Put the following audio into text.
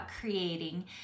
creating